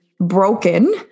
broken